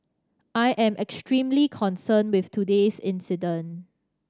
I am extremely concerned with today's incident